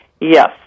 Yes